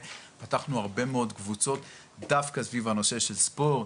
פתחנו הרבה מאוד קבוצות דווקא סביב הנושא של ספורט,